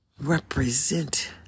represent